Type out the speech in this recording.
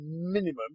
minimum